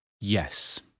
yes